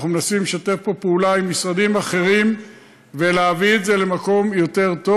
אנחנו מנסים לשתף פעולה עם משרדים אחרים ולהביא את זה למקום טוב יותר.